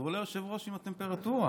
תעזרו ליושב-ראש עם הטמפרטורה.